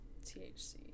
THC